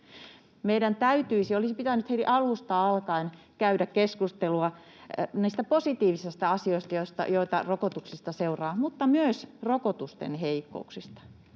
Meidän täytyisi, olisi pitänyt heti alusta alkaen käydä keskustelua niistä positiivisista asioista, joita rokotuksista seuraa, mutta myös rokotusten heikkouksista.